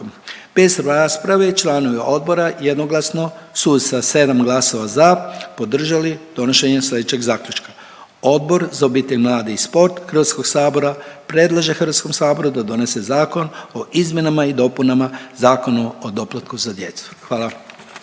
Bez rasprave članovi odbora jednoglasno su sa 7 glasova za podržali donošenje slijedećeg zaključka. Odbor za obitelj, mlade i sport HS predlaže HS da donese Zakon o izmjenama i dopunama Zakona o doplatku za djecu. Hvala.